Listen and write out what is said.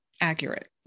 accurate